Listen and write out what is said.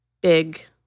big